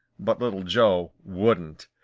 but little joe wouldn't.